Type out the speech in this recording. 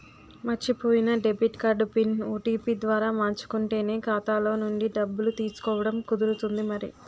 మర్చిపోయిన debit card pin, OTP ద్వారా మార్చుకుంటేనే ఖాతాలో నుండి డబ్బులు తీసుకోవడం కుదురుతుంది మరి